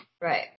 Right